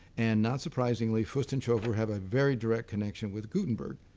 and not surprising, like fust and schoeffer have a very direct connection with gutenberg,